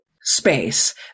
space